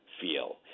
feel